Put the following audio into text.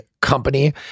company